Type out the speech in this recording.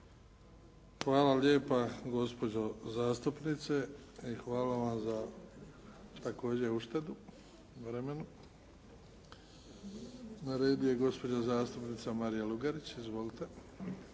Hvala lijepa gospođo zastupnice i hvala vam za također uštedu na vremenu. Na redu je gospođa zastupnica Marija Lugarić. Izvolite.